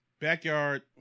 Backyard